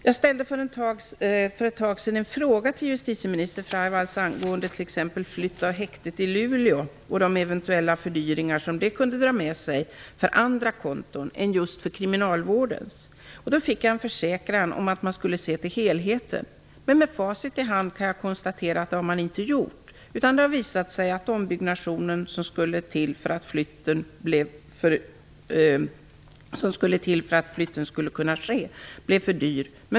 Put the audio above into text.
För ett tag sedan ställde jag en fråga till justitieminister Freivalds angående flytt av häktet i Luleå och de eventuella fördyringar som det kunde dra med sig för andra konton än just för kriminalvårdens. Jag fick då en försäkran om att man skulle se till helheten. Men med facit i hand kan jag konstatera att man inte har gjort det, utan det har visat sig att den ombyggnation blev för dyr som skulle till för att flytten skulle kunna ske.